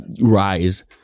rise